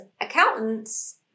accountants –